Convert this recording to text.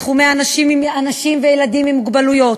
בתחומי אנשים וילדים עם מוגבלות,